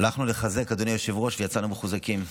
הלכנו לחזק, אדוני היושב-ראש, ויצאנו מחוזקים,